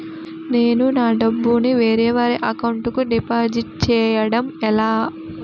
నేను నా డబ్బు ని వేరే వారి అకౌంట్ కు డిపాజిట్చే యడం ఎలా?